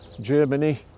Germany